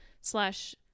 slash